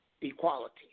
equality